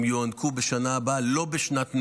הם יוענקו בשנה הבאה, לא בשנת מלחמה,